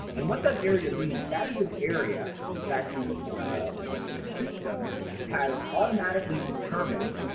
and what that area means that is an area that the the system has automatically determined